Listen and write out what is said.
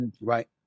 Right